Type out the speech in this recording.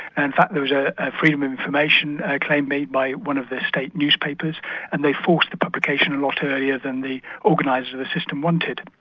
and fact there was a freedom of information claim made by one of the state newspapers and they forced the publication a lot earlier than the organisers of the system wanted.